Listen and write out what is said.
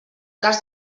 cas